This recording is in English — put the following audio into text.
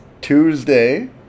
Tuesday